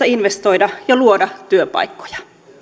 investoida ja luoda työpaikkoja